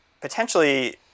potentially